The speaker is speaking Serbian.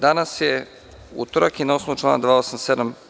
Danas je utorak i na osnovu člana 287.